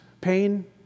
pain